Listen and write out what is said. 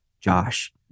josh